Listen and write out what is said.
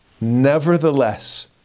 Nevertheless